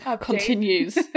continues